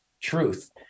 truth